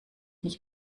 nicht